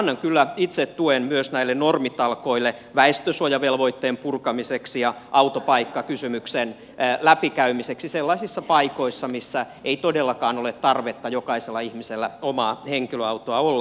annan kyllä itse tuen myös näille normitalkoille väestönsuojavelvoitteen purkamiseksi ja autopaikkakysymyksen läpikäymiseksi sellaisissa paikoissa missä ei todellakaan ole tarvetta jokaisella ihmisellä omaa henkilöautoa olla